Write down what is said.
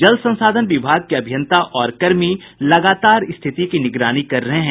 जल संसाधन विभाग के अभियंता और कर्मी लगातार स्थिति की निगरानी कर रहे हैं